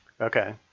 Okay